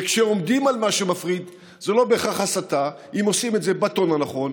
וכשעומדים על מה שמפריד זה לא בהכרח הסתה אם עושים את זה בטון הנכון,